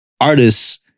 artists